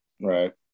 Right